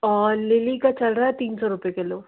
और लीली का चल रहा है तीन सौ रुपए किलो